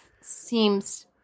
seems